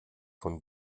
von